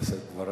לשאת את דבריו.